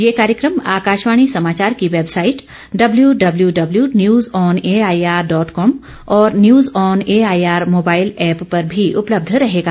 यह कार्यक्रम आकाशवाणी समाचार की website W W W news on AIR dot com और news on AIR mobile app पर भी उपलब्ध रहेगा